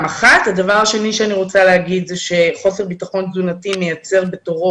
הדבר השני שאני רוצה לומר הוא שחוסר ביטחון תזונתי מייצר בתורו